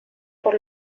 por